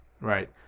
right